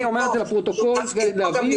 אני אומר את זה לפרוטוקול כדי להבהיר.